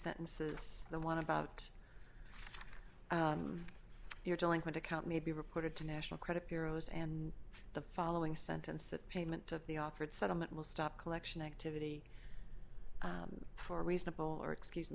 sentences the one about your delinquent account may be reported to national credit bureaus and the following sentence that payment to be offered settlement will stop collection activity for a reasonable or excuse